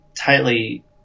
tightly